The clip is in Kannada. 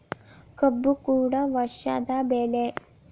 ಕಬ್ಬು ಕೂಡ ವರ್ಷದ ಬೆಳೆ